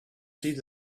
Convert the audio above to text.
see